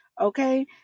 Okay